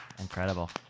Incredible